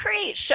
create